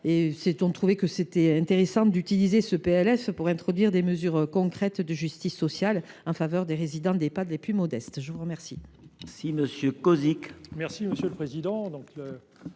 Il pourrait donc être intéressant d’utiliser ce PLF pour introduire des mesures concrètes de justice sociale en faveur des résidents d’Ehpad les plus modestes. La parole